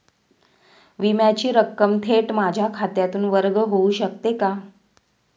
विम्याची रक्कम थेट माझ्या खात्यातून वर्ग होऊ शकते का?